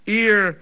ear